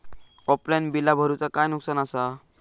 Offline बिला भरूचा काय नुकसान आसा?